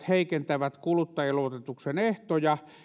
heikentävät kuluttajaluototuksen ehtoja